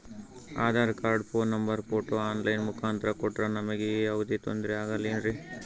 Aadhaar card, phone number, photo online ಮುಖಾಂತ್ರ ಕೊಟ್ರ ನಮಗೆ ಯಾವುದೇ ತೊಂದ್ರೆ ಆಗಲೇನ್ರಿ?